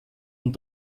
und